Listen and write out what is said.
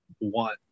want